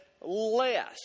less